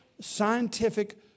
scientific